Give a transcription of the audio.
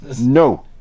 No